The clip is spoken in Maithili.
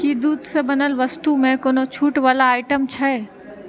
की दूधसँ बनल वस्तुमे कोनो छूटवला आइटम अछि